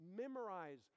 memorize